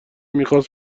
میخواست